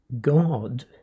God